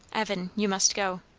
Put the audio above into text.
evan you must go,